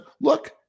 look